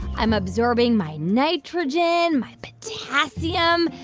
i'm absorbing my nitrogen, my potassium,